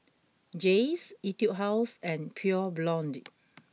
Jays Etude House and Pure Blonde